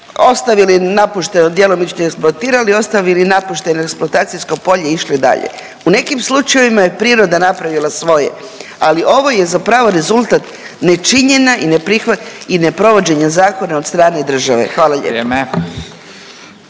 ostavili napušteno, djelomično eksploatirali, ostavili napušteno eksploatacijsko polje i išli dalje. U nekim slučajevima je priroda napravila svoje, ali ovo je zapravo rezultat nečinjenja i ne provođenja zakona od strane države. …/Upadica: